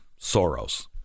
Soros